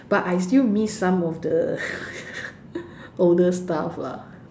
but I still miss some of the older stuff lah